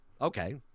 Okay